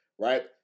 Right